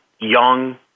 young